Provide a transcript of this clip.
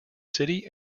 city